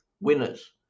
winners